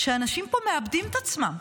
שאנשים פה מאבדים את עצמם.